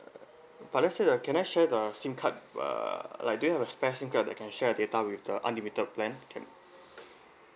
but let's say uh can I share the SIM card uh like do you have a spare SIM card that can share the data with the unlimited plan can